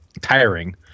tiring